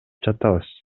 жатабыз